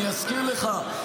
אני אזכיר לך.